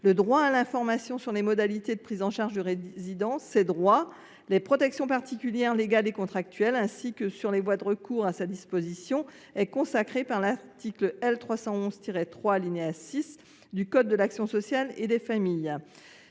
Le droit à l’information sur les modalités de prise en charge du résident, sur ses droits, sur les protections particulières légales et contractuelles ainsi que sur les voies de recours à sa disposition est consacré par l’article L. 311 3 6 du code de l’action sociale et des familles.